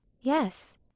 Yes